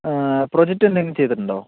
project എന്തെങ്കിലും ചെയ്തിട്ടുണ്ടോ